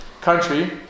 country